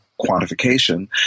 quantification